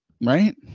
Right